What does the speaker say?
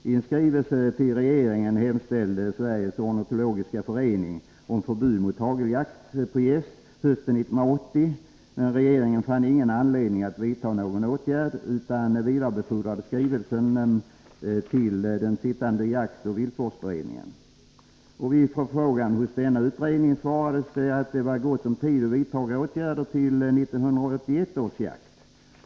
I skrivelse till regeringen hemställer Sveriges ornitologiska förening om förbud mot hageljakt på gäss hösten 1980. Men regeringen fann ingen anledning att vidta någon åtgärd utan vidarebefordrade skrivelsen till den sittande jaktoch viltvårdsberedningen. Vid förfrågan hos denna utredning svarades det att det var gott om tid att vidta åtgärder till 1981 års jakt.